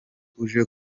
uje